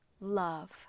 love